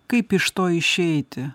kaip iš to išeiti